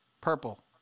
Purple